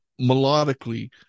Melodically